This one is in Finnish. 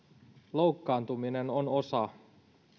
loukkaantuminen on osa